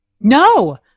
No